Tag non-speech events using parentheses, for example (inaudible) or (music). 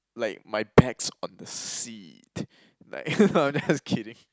like my bag's on the seat like (laughs) just kidding